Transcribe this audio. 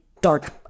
dark